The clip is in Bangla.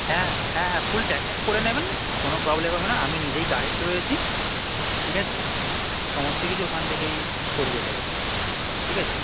হ্যাঁ হ্যাঁ হ্যাঁ ফুল প্যাকেজ করে নেবেন কোনো প্রবলেম হবে না আমি নিজেই গাইড রয়েছি ঠিক আছে সমস্ত কিছু ওখান থেকেই করিয়ে দেবো ঠিক আছে